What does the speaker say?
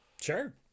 Sure